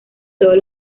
todos